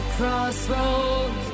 Crossroads